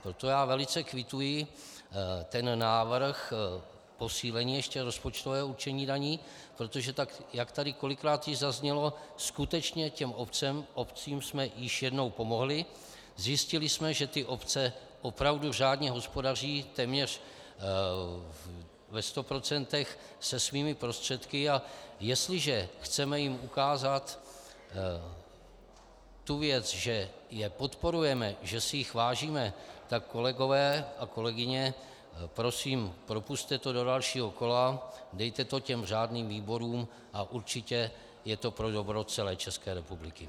Proto velice kvituji návrh posílení ještě rozpočtového určení daní, protože jak tady kolikrát již zaznělo, skutečně obcím jsme již jednou pomohli, zjistili jsme, že obce opravdu řádně hospodaří téměř ve 100 % se svými prostředky, a jestliže jim chceme ukázat tu věc, že je podporujeme, že si jich vážíme, tak kolegové a kolegyně, prosím, propusťte to do dalšího kola, dejte to řádným výborům a určitě je to pro dobro celé České republiky.